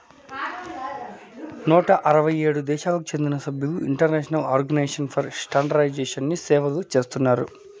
నూట అరవై ఏడు దేశాలకు చెందిన సభ్యులు ఇంటర్నేషనల్ ఆర్గనైజేషన్ ఫర్ స్టాండర్డయిజేషన్ని సేవలు చేస్తున్నారు